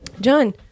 John